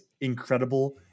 incredible